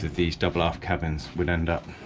these double aft cabins will end up